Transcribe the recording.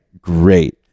great